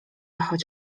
choć